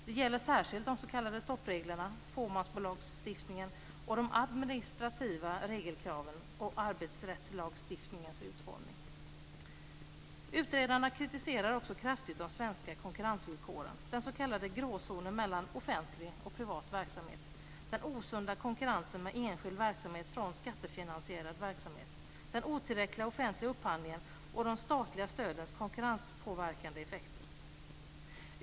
Det gäller särskilt de s.k. stoppreglerna, fåmansbolagslagstiftningen, de administrativa regelkraven och arbetsrättslagstiftningens utformning. Utredarna kritiserar också kraftigt de svenska konkurrensvillkoren, den s.k. gråzonen mellan offentlig och privat verksamhet, den osunda konkurrensen med enskild verksamhet från skattefinansierad verksamhet, den otillräckliga offentliga upphandlingen och de statliga stödens konkurrenspåverkande effekter.